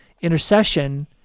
intercession